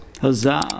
Huzzah